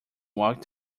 walked